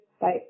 Bye